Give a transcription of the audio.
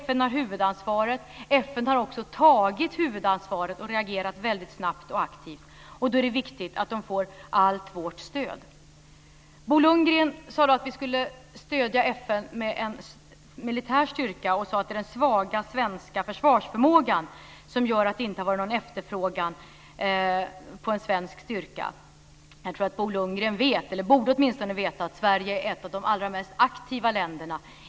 FN har huvudansvaret, och FN har också tagit huvudansvaret och reagerat väldigt snabbt och aktivt. Då är det viktigt att man får allt vårt stöd. Bo Lundgren sade att vi skulle stödja FN med en militär styrka. Han sade att det är den svaga svenska försvarsförmågan som gör att det inte har varit någon efterfrågan på en svensk styrka. Jag tror att Bo Lundgren vet - åtminstone borde han veta - att Sverige är ett av de allra mest aktiva länderna.